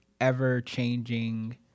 ever-changing